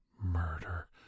murder